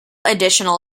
additional